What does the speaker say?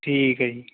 ਠੀਕ ਹੈ ਜੀ